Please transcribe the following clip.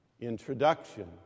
Introduction